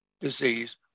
disease